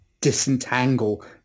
disentangle